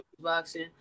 Boxing